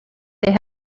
they